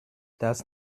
das